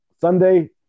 Sunday